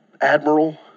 admiral